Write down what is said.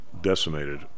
decimated